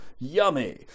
Yummy